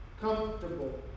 comfortable